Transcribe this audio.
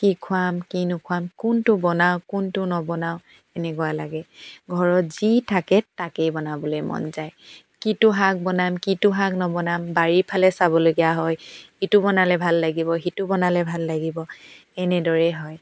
কি খুৱাম কি নুখুৱাম কোনটো বনাওঁ কোনটো নবনাওঁ এনেকুৱা লাগে ঘৰত যি থাকে তাকেই বনাবলৈ মন যায় কিটো শাক বনাম কিটো শাক নবনাম বাৰী ফালে চাবলগীয়া হয় ইটো বনালে ভাল লাগিব সিটো বনালে ভাল লাগিব এনেদৰেই হয়